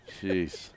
Jeez